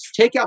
Takeout